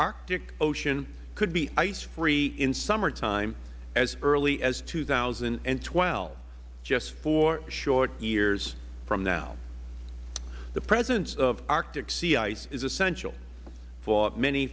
arctic ocean could be ice free in summertime as early as two thousand and twelve just four short years from now the presence of arctic sea ice is essential for many